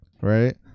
right